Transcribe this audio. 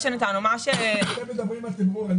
פשוטו כמשמעו, אנחנו מדברים על תימרור?